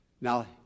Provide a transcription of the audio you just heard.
Now